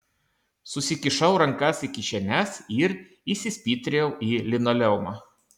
susikišau rankas į kišenes ir įsispitrijau į linoleumą